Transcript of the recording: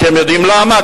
אתם יודעים למה?